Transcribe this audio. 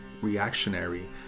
reactionary